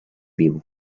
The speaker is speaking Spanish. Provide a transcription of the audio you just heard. vivo